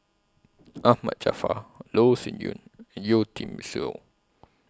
Ahmad Jaafar Loh Sin Yun and Yeo Tiam Siew